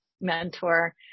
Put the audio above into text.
mentor